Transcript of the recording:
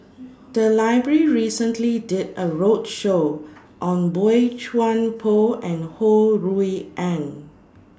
The Library recently did A roadshow on Boey Chuan Poh and Ho Rui An